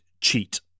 cheat